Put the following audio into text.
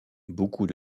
beaucoup